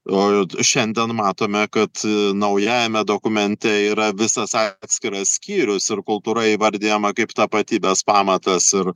o šiandien matome kad naujajame dokumente yra visas atskiras skyrius ir kultūra įvardijama kaip tapatybės pamatas ir